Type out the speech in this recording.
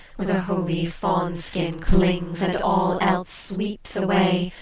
when the holy fawn-skin clings, and all else sweeps away,